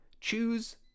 choose